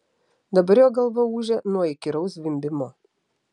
dabar jo galva ūžė nuo įkyraus zvimbimo